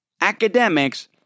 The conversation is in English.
academics